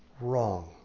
Wrong